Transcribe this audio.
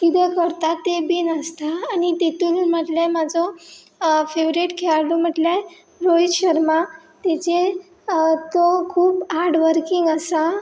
किदें करता तें बी आसता आनी तेतून म्हटले म्हाजो फेवरेट खेळडू म्हटल्यार रोहीत शर्मा तेजे तो खूब हारड वर्कींग आसा